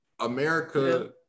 America